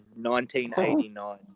1989